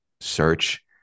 search